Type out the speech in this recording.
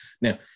Now